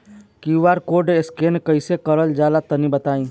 QR code scan कैसे क़रल जला तनि बताई?